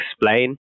explain